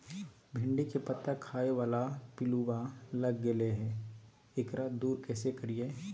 भिंडी के पत्ता खाए बाला पिलुवा लग गेलै हैं, एकरा दूर कैसे करियय?